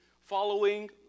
following